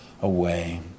away